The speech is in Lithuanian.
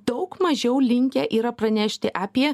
daug mažiau linkę yra pranešti apie